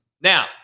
Now